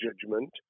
judgment